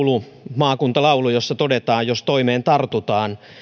maakuntalaulu jossa todetaan että jos toimeen tartutaan